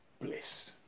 bliss